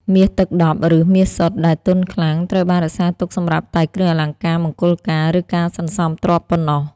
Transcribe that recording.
មាសទឹកដប់ (ឬ មាសសុទ្ធ) ដែលទន់ខ្លាំង ត្រូវបានរក្សាទុកសម្រាប់តែគ្រឿងអលង្ការមង្គលការ ឬការសន្សំទ្រព្យប៉ុណ្ណោះ។